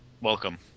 welcome